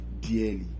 dearly